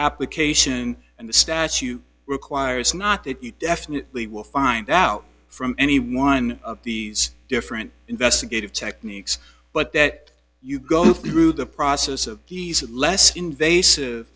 application and the statute requires not that you definitely will find out from any one of these different investigative techniques but that you go through the process of he said less invasive